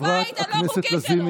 הבית הלא-חוקי שלו.